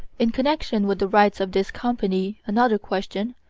in connection with the rights of this company another question,